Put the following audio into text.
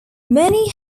many